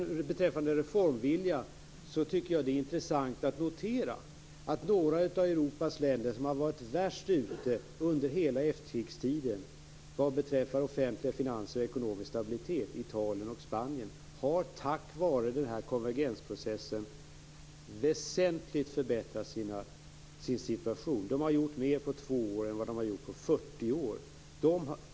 Beträffande reformvilja tycker jag att det är intressant att notera att några av de europeiska länder som har varit värst ute under hela efterkrigstiden vad gäller offentliga finanser och ekonomisk stabilitet - Italien och Spanien - tack vare konvergensprocessen väsentligt har förbättrat sin situation. Man har där på två år gjort mer än vad man har gjort på 40 år.